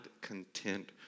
content